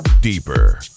Deeper